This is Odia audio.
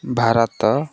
ଭାରତ